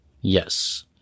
Yes